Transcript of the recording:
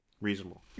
reasonable